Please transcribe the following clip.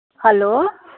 hello